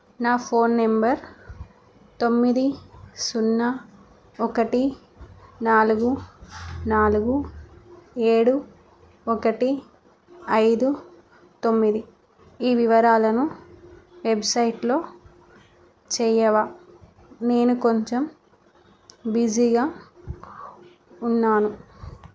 నా phone number తొమ్మిది సున్నా ఒకటి నాలుగు నాలుగు ఏడు ఒకటి ఐదు తొమ్మిది ఈ వివరాలను వెబ్సైట్లో చేయవా నేను కొంచెం బిజీగా ఉన్నాను